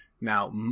Now